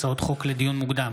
הצעות חוק לדיון מוקדם,